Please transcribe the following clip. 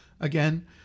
again